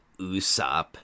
Usopp